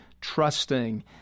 trusting